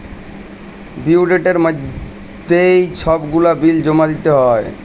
due ডেটের মইধ্যে ছব গুলা বিল জমা দিতে হ্যয়